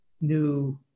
new